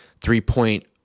three-point